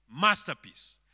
masterpiece